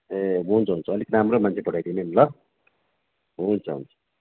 ए हुन्छ हुन्छ अलिक राम्रो मान्छे पठाइदिनु नि ल हुन्छ हुन्छ